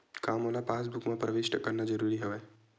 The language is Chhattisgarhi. का मोला पासबुक म प्रविष्ट करवाना ज़रूरी हवय?